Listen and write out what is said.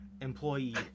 employee